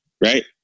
right